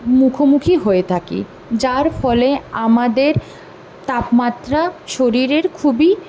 মুখোমুখি হয়ে থাকি যার ফলে আমাদের তাপমাত্রা শরীরের খুবই